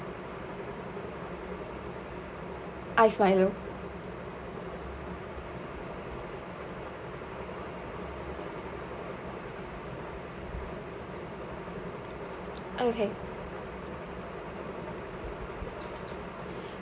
ice Milo okay